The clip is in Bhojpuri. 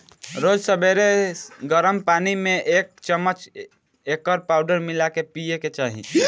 रोज सबेरे गरम पानी में एक चमच एकर पाउडर मिला के पिए के चाही